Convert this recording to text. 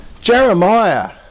Jeremiah